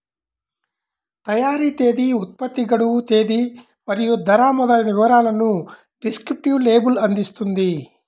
తయారీ తేదీ, ఉత్పత్తి గడువు తేదీ మరియు ధర మొదలైన వివరాలను డిస్క్రిప్టివ్ లేబుల్ అందిస్తుంది